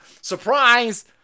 Surprise